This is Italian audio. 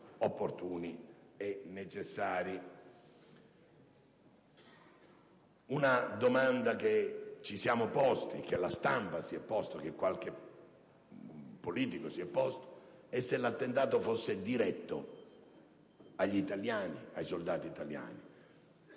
opportuni e necessari. Una domanda che ci siamo posti, che la stampa si è posta, che qualche politico si è posto è se l'attentato fosse diretto a colpire i soldati italiani.